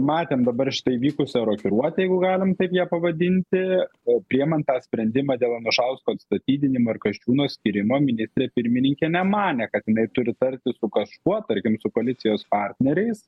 matėm dabar štai vykusią rokiruotę jeigu galim taip ją pavadinti o priėmant tą sprendimą dėl anušausko atstatydinimo ar kasčiūno skyrimo ministrė pirmininkė nemanė kad jinai turi tartis su kažkuo tarkim su koalicijos partneriais